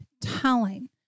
telling